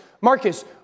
Marcus